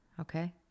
Okay